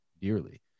dearly